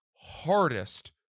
hardest